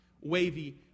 wavy